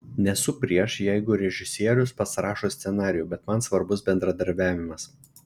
nesu prieš jeigu režisierius pats rašo scenarijų bet man svarbus bendradarbiavimas